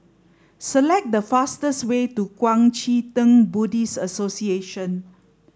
select the fastest way to Kuang Chee Tng Buddhist Association